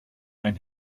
ein